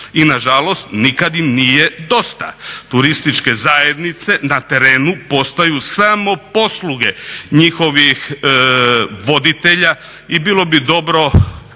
I nažalost, nikad im nije dosta. Turističke zajednice na terenu postaju samo posluge njihovih voditelja. Bilo bi dobro